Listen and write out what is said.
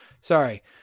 Sorry